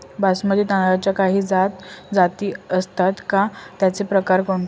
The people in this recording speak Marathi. बासमती तांदळाच्या काही जाती असतात का, त्याचे प्रकार कोणते?